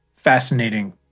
fascinating